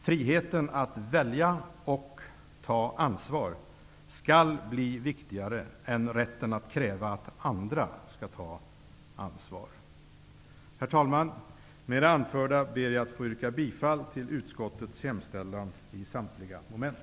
Friheten att välja och ta ansvar skall bli viktigare än rätten att kräva att andra skall ta ansvar. Herr talman! Med det anförda ber jag att få yrka bifall till utskottets hemställan i samtliga moment.